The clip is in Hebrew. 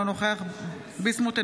אינו נוכח בועז ביסמוט,